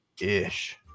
ish